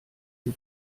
sie